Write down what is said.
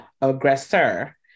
aggressor